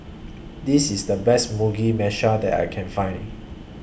This IS The Best Mugi Meshi that I Can Find